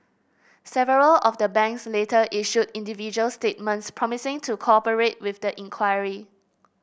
several of the banks later issued individual statements promising to cooperate with the inquiry